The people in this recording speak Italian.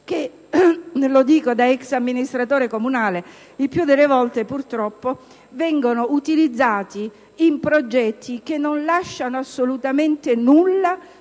che - lo dico da ex amministratore comunale - il più delle volte purtroppo vengono utilizzati in progetti che non lasciano assolutamente nulla